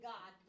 God